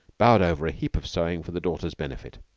bowed over a heap of sewing for the daughter's benefit.